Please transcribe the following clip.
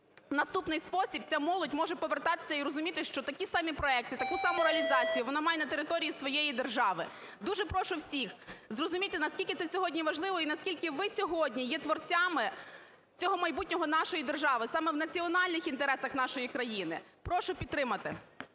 наступний спосіб ця молодь може повертатися і розуміти, що такі самі проекти, так саму реалізацію вона має на території своєї держави. Дуже прошу всіх зрозуміти наскільки це сьогодні важливо і наскільки ви сьогодні є творцями цього майбутнього нашої держави саме в національних інтересах нашої країни прошу підтримати.